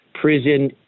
prison